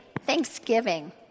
Thanksgiving